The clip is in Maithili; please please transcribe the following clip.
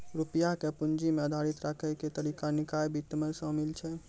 रुपया के पूंजी पे आधारित राखै के तरीका निकाय वित्त मे शामिल छै